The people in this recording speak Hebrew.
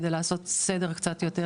כדי לעשות סדר קצת יותר,